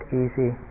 easy